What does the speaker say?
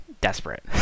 desperate